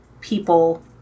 people